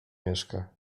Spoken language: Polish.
mieszka